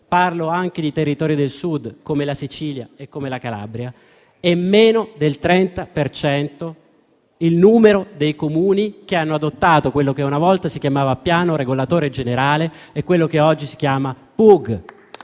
(parlo anche di territori del Sud, come la Sicilia e la Calabria) è inferiore al 30 per cento il numero dei Comuni che hanno adottato quello che una volta si chiamava piano regolatore generale e che oggi si chiama